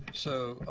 so